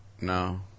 No